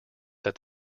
that